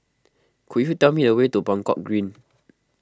could you tell me the way to Buangkok Green